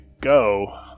go